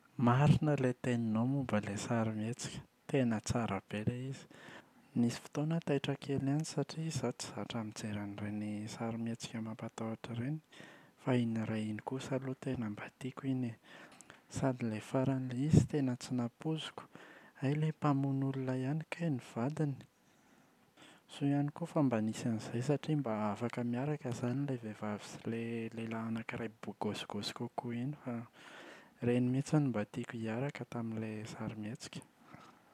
Marina ilay teninao momba ilay sarimihetsika, tena tsara be ilay izy. Nisy fotoana aho taitra kely ihany satria izaho tsy zatra mijery an’ireny sarimihetsika mampatahotra ireny fa iny iray iny kosa aloha tena mba tiako iny e. Sady ilay faran’ilay izy tena tsy nampoiziko, hay ilay mpamono olona ihany kay ny vadiny. Soa ihany koa fa mba nisy an’izay satria mba afaka miaraka izany ilay vehivavy sy ilay lehilahy anakiray bogosigosy kokoa iny fa ireny mihitsy no mba tiako hiaraka tamin’ilay sarimihetsika.